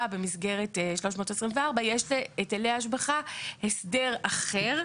במסגרת 324. יש להיטלי השבחה הסדר אחר,